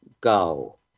go